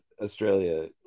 Australia